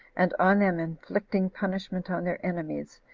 and on them inflicting punishment on their enemies,